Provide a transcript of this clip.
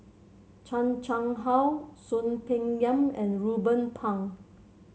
Chan Chang How Soon Peng Yam and Ruben Pang